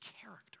character